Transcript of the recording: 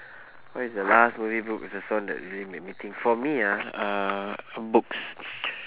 what is the last movie book or the song that really make me think for me ah uh books